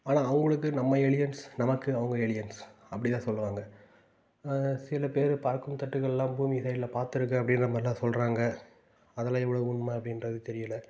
ஆனால் அவங்களுக்கு நம்ம ஏலியன்ஸ் நமக்கு அவங்க ஏலியன்ஸ் அப்படித்தான் சொல்லுவாங்க சில பேர் பறக்கும் தட்டுகளெல்லாம் பூமி சைடில் பார்த்துருக்கேன் அப்படின்ற மாதிரிலாம் சொல்கிறாங்க அதெலாம் எவ்வளோ உண்மை அப்படின்றது தெரியலை